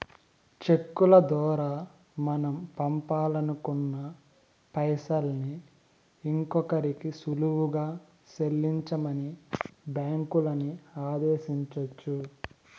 చెక్కుల దోరా మనం పంపాలనుకున్న పైసల్ని ఇంకోరికి సులువుగా సెల్లించమని బ్యాంకులని ఆదేశించొచ్చు